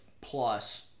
plus